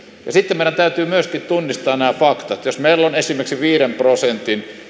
sitten meidän täytyy myöskin tunnistaa nämä faktat jos meillä on esimerkiksi viiden prosentin